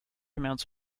amounts